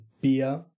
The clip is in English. beer